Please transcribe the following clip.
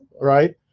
right